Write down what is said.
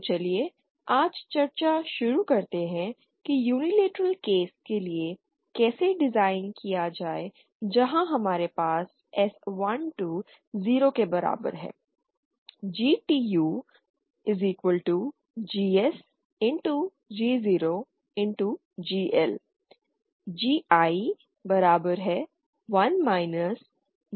तो चलिए आज चर्चा शुरू करते हैं कि यूनिलैटरल केस के लिए कैसे डिजाइन किया जाए जहां हमारे पास S 12 0 के बराबर है